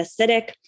acidic